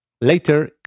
later